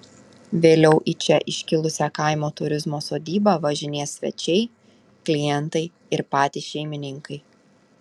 vėliau į čia iškilusią kaimo turizmo sodybą važinės svečiai klientai ir patys šeimininkai